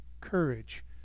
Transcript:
courage